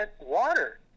water